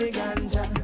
ganja